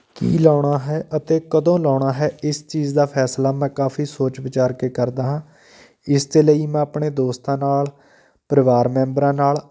ਕੀ ਲਾਉਣਾ ਹੈ ਅਤੇ ਕਦੋਂ ਲਾਉਣਾ ਹੈ ਇਸ ਚੀਜ਼ ਦਾ ਫੈਸਲਾ ਮੈਂ ਕਾਫੀ ਸੋਚ ਵਿਚਾਰ ਕੇ ਕਰਦਾ ਹਾਂ ਇਸ ਦੇ ਲਈ ਮੈਂ ਆਪਣੇ ਦੋਸਤਾਂ ਨਾਲ ਪਰਿਵਾਰ ਮੈਂਬਰਾਂ ਨਾਲ